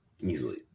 easily